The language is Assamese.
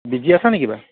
বিজি আছা নেকি কিবা